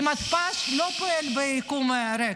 כי מתפ"ש לא פועל ביקום ריק.